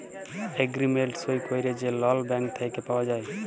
agreement সই ক্যইরে যে লল ব্যাংক থ্যাইকে পাউয়া যায়